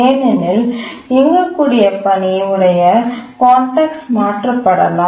ஏனெனில் இயங்கக்கூடிய பணி உடைய கான்டெக்ஸ்ட் மாற்றப்படலாம்